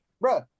Bro